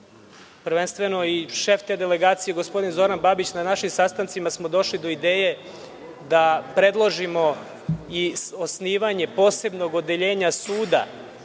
prvenstveno i šef te delegacije, gospodin Zoran Babić, na našim sastancima smo došli do ideje da predložimo i osnivanje posebnog odeljenja suda